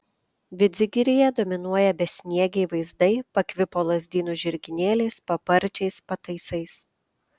vidzgiryje dominuoja besniegiai vaizdai pakvipo lazdynų žirginėliais paparčiais pataisais